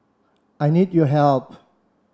I need your help